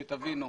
שתבינו,